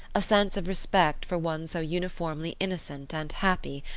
a sense of respect for one so uniformly innocent and happy,